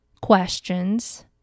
questions